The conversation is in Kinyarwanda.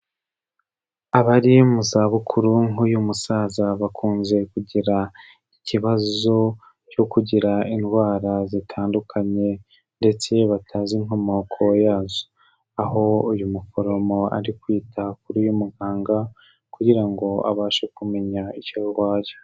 Abari mu zabukuru nk'uyu musaza bakunze kugira ikibazo cyo kugira indwara zitandukanye ndetse batazi inkomoko yazo, aho uyu muforomo ari kwita kuri muganga kugira ngo abashe kumenya icyo arwaye.